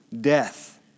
death